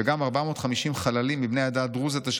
וגם 450 חללים מבני העדה הדרוזית אשר